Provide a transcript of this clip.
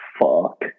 Fuck